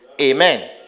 Amen